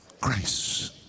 grace